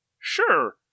Sure